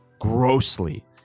grossly